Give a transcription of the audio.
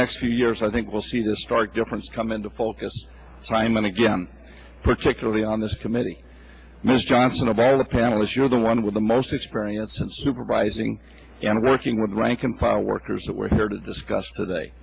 next two years i think will see the stark difference come into focus simon again particularly on this committee ms johnson about a panelist you're the one with the most experience in supervising and working with rank and file workers that we're here to discuss today